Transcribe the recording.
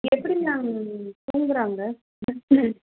எப்படி மேம் தூங்குகிறாங்க